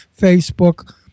Facebook